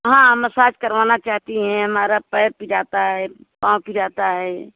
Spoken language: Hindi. हाँ मसाज करवाना चाहती हैं हमारे पैर पिजाता है पाँव पिजाता है